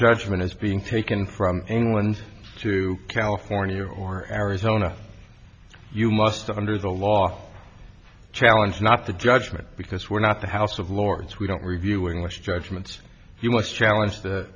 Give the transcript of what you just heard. judgment is being paikin from england to california or arizona you must suffer under the law challenge not the judgment because we're not the house of lords we don't review english judgments you must challenge the